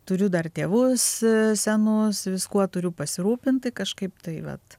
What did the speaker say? turiu dar tėvus senus viskuo turiu pasirūpinti kažkaip tai vat